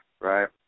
right